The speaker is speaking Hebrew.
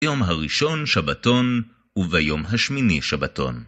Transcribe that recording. יום הראשון, שבתון, וביום השמיני, שבתון.